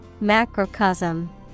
Macrocosm